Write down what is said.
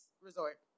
resort